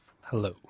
Hello